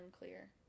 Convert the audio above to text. unclear